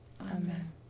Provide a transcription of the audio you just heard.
Amen